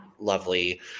lovely